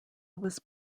was